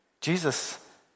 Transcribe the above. Jesus